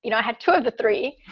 you know i had two of the three.